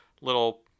Little